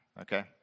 Okay